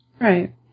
Right